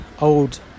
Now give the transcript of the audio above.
old